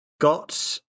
got